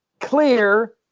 clear